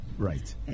right